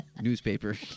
newspaper